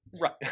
right